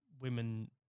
women